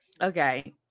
okay